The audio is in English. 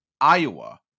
iowa